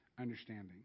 understanding